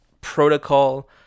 protocol